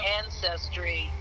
ancestry